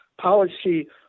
policy